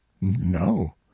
no